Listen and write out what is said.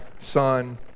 son